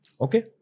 Okay